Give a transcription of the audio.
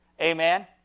Amen